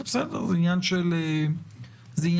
זה עניין של גישה,